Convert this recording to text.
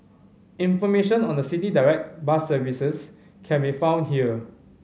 information on the City Direct bus services can be found here